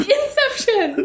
Inception